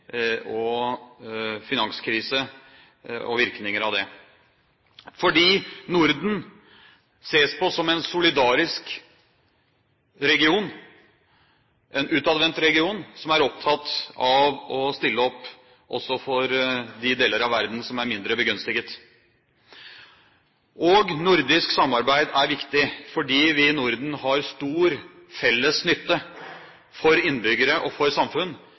og finanskrise og virkninger av det – fordi Norden ses på som en solidarisk region, en utadvendt region som er opptatt av å stille opp også for de deler av verden som er mindre begunstiget, og nordisk samarbeid er viktig fordi vi i Norden har stor felles nytte, for innbyggere og for samfunn,